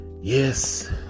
Yes